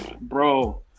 Bro